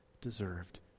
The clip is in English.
deserved